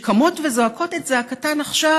שקמות וזועקות את זעקתן עכשיו,